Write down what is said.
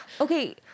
Okay